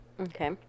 Okay